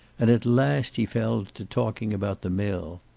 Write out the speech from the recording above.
and at last he fell to talking about the mill.